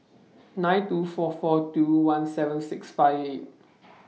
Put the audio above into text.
nine two four four two one seven six five eight